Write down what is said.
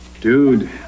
Dude